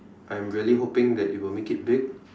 I'm really hoping that it'll make it big